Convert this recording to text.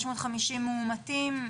550 מאומתים,